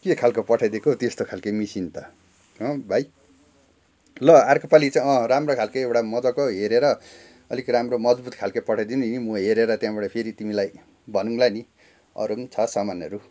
के खालको पठाइदिएको हो त्यस्तो खालके मसिन त हँ भाइ ल अर्को पालि चाहिँ अँ राम्रो खालके एउटा मजाको हेरेर अलिक राम्रो मजबुत खालके पठाइदिनु नि म हेरेर त्यहाँबाट फेरि तिमीलाई भनौँला नि अरू पनि छ सामानहरू